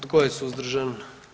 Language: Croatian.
Tko je suzdržan?